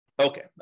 Okay